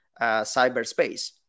cyberspace